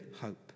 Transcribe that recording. hope